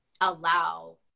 allow